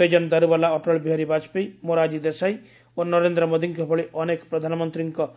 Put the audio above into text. ବେଜନ ଦାରୁୱାଲା ଅଟଳ ବିହାରୀ ବାଜପେୟୀ ମୋରାରଜୀ ଦେଶାଇ ଓ ନରେନ୍ଦ୍ର ମୋଦୀଙ୍କ ଭଳି ଅନେକ ପ୍ରଧାନମନ୍ତ୍ରୀଙ୍କ